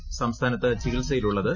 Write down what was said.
അസ്ഥാനത്ത് ചികിത്സയിലുള്ളത്